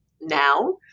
now